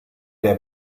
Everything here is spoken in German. der